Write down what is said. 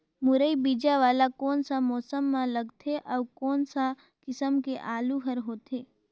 मुरई बीजा वाला कोन सा मौसम म लगथे अउ कोन सा किसम के आलू हर होथे?